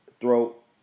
throat